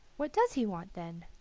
what does he want then?